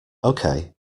okay